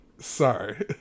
Sorry